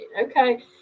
Okay